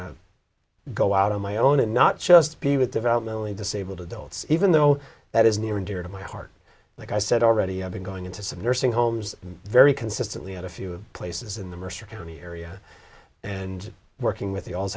of go out on my own and not just be with developmentally disabled adults even though that is near and dear to my heart like i said already i've been going into some nursing homes very consistently at a few places in the mercer county area and working with the